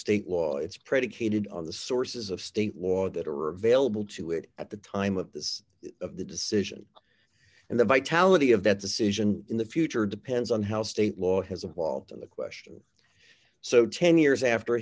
state law it's predicated on the sources of state law that are available to it at the time of this of the decision and the vitality of that decision in the future depends on how state law has a law on the question so ten years after